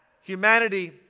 humanity